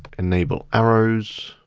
enable arrows.